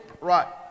Right